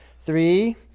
Three